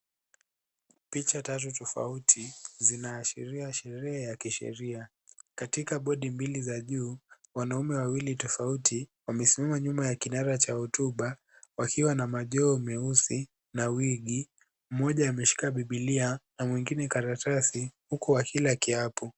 Picha tatu tofauti zinaashiria sherehe ya kisheria, katika bodi mbili za juu wanaume wawili tofauti wamesimama nyuma ya kinara cha hotuba wakiwa na majoho meusi na wigi. Mmoja ameshika bibilia na mwingine karatasi huku akila kiapo.